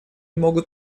могут